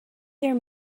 there